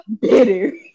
bitter